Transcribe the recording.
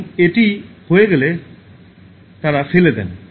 এবং তারপরে এটি হয়ে গেলে তাঁরা ফেলে দেন